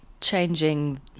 changing